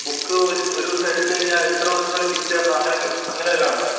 book ഒരു ഒരു ദിവസം എടുത്ത് കഴിഞ്ഞാൽ എത്ര ദിവസത്തിനുള്ളിൽ തിരിച്ച് തരണം അങ്ങനെ ഒക്കെ അങ്ങനെ വല്ലതും ഉണ്ടോ